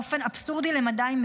באופן אבסורדי למדי,